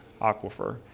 aquifer